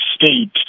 state